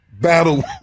battle